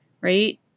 right